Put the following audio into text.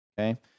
Okay